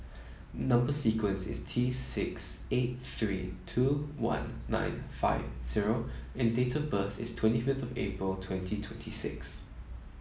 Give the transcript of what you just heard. number sequence is T six eight three two one nine five zero and date of birth is twenty fifth of April twenty twenty six